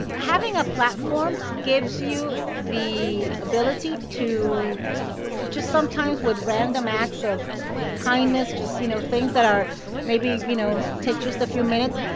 and having a platform gives you the ability to to just sometimes, with random acts of kindness, just, you know things that are maybe, you know take just a few minutes,